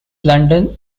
london